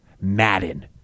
Madden